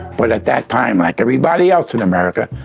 but at that time, like everybody else in america,